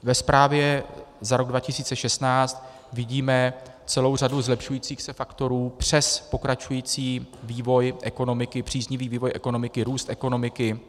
Ve zprávě za rok 2016 vidíme celou řadu zlepšujících se faktorů přes pokračující vývoj ekonomiky, příznivý vývoj ekonomiky, růst ekonomiky.